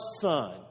son